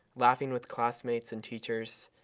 laughing with classmates and teachers,